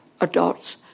adults